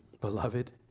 Beloved